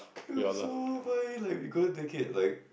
it was so funny like we couldn't take it like